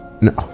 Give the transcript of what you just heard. No